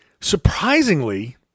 Surprisingly